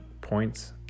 points